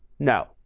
no.